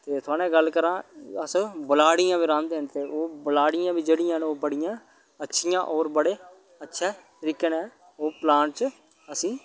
ते थुआढ़े नै गल्ल करां ते अस ब्लाड़ियां बी राह्ंदे न ते ओह् ब्लाड़ियां बी जेह्ड़ियां न ओह् बड़ियां अच्छियां होर बड़े अच्छे तरीके कन्नै ओह् प्लांट्स च असें गी